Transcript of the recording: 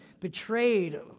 betrayed